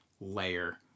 layer